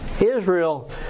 Israel